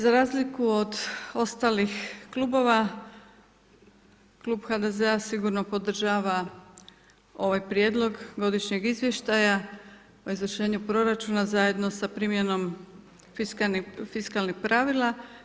Za razliku od ostalih klubova, klub HDZ-a sigurno podržava ovaj Prijedlog godišnjeg izvještaja o izvršenju proračuna zajedno sa primjenom fiskalnih pravila.